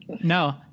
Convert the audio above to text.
no